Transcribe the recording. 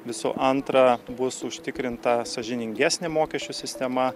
visų antra bus užtikrinta sąžiningesnė mokesčių sistema